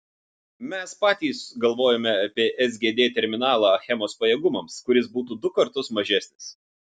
mes patys galvojome apie sgd terminalą achemos pajėgumams kuris būtų du kartus mažesnis